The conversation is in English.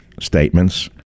statements